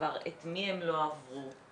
את מי הם לא עברו כבר,